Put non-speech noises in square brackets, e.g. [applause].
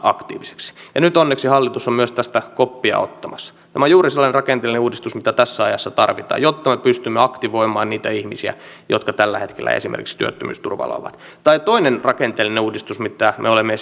aktiiviseksi nyt onneksi hallitus on myös tästä koppia ottamassa tämä on juuri sellainen rakenteellinen uudistus mitä tässä ajassa tarvitaan jotta me pystymme aktivoimaan niitä ihmisiä jotka tällä hetkellä esimerkiksi työttömyysturvalla ovat toinen rakenteellinen uudistus mitä me olemme [unintelligible]